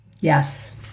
Yes